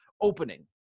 opening